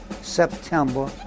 September